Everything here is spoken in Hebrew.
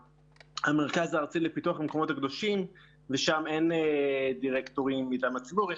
המרכז הארצי לפיתוח המקומות הקדושים ושם אין דירקטורים מטעם הציבור,